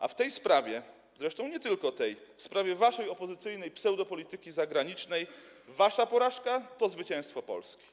A w tej sprawie, zresztą nie tylko w tej, w sprawie waszej opozycyjnej pseudopolityki zagranicznej, wasza porażka to zwycięstwo Polski.